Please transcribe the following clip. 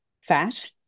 fat